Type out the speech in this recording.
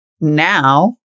Now